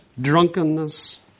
drunkenness